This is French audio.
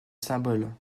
symbole